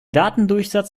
datendurchsatz